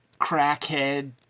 crackhead